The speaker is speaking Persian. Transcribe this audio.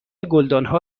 گلدانها